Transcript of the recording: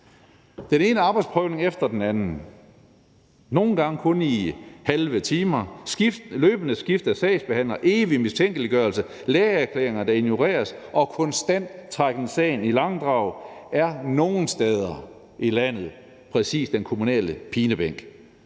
den ene arbejdsprøvning efter den anden, nogle gange kun i halve timer, løbende skiftes der sagsbehandler, der er en evig mistænkeliggørelse, lægeerklæringer ignoreres, og der er en konstant trækken sagen i langdrag – det er nogle steder i landet præcis den kommunale pinebænk.